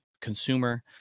consumer